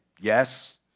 Yes